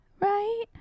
Right